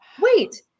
wait